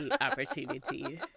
opportunity